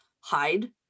hide